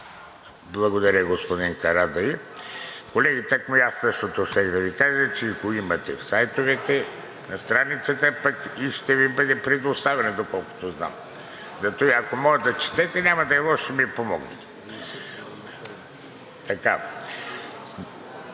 Благодаря, господин Карадайъ. Колеги, тъкмо и аз същото щях да Ви кажа – че го имате в сайтовете, на страницата, пък и ще Ви бъде предоставено, доколкото знам. Затова, ако можете да четете, няма да е лошо да ми помогнете.